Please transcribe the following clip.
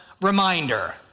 reminder